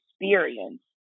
experience